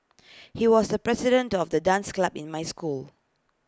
he was the president of the dance club in my school